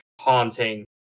haunting